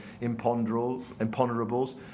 imponderables